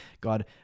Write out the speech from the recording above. God